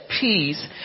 peace